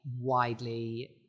widely